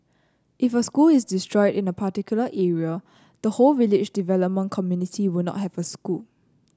if a school is destroyed in a particular area the whole village development committee will not have a school